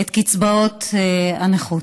את קצבאות הנכות.